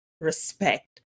respect